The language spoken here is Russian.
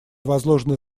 возложены